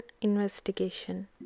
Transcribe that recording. investigation